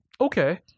Okay